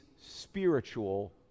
spiritual